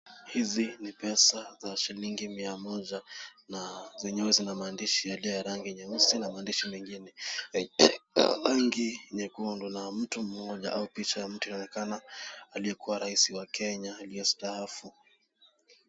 Hizi ni pesa za shilingi mia moja, zenyewe zina maandishi ya rangi nyeusi na maashi mengine ya rangi nyekundu, zikiwa na picha ya mtu mmoja, aliyekuwa rais wa Kenya aliyestaafu.